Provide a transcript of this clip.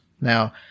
Now